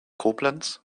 koblenz